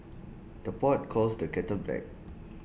the pot calls the kettle black